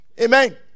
Amen